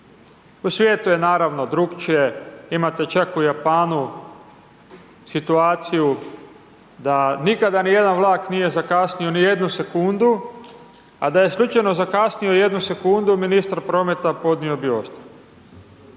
U svijetu je, naravno, drukčije, imate čak u Japanu situaciju da nikada nijedan vlak nije zakasnio ni jednu sekundu, a da je slučajno zakasnio jednu sekundu, ministar prometa podnio bi